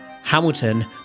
Hamilton